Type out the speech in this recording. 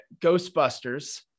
ghostbusters